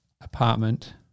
apartment